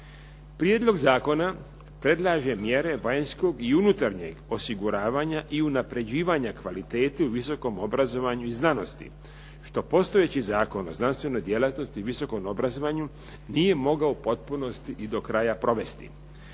Prijedlog zakona predlaže mjere vanjskog i unutarnjeg osiguravanja i unapređivanja kvalitete u visokom obrazovanju i znanosti što postojeći Zakon o znanstvenoj djelatnosti i visokom obrazovanju nije mogao u potpunosti i do kraja provesti.